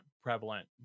prevalent